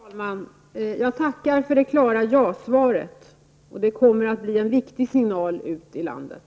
Herr talman! Jag tackar för det klara ja-svaret. Det kommer att bli en viktig signal ut i landet.